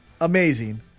Amazing